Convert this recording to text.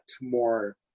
more